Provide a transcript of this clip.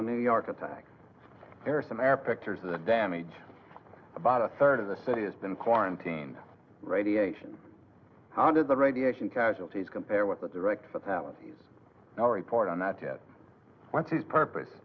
the new york attack there are some air pictures of the damage about a third of the city has been quarantined radiation how did the radiation casualties compare with the direct fatalities now report on that it was his purpose